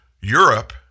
Europe